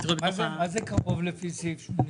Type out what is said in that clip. מה זה קרוב לפי סעיף 88?